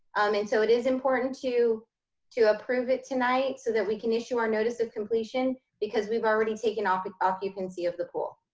and so it is important to to approve it tonight so that we can issue our notice of completion because we've already taken but occupancy of the pool.